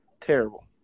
terrible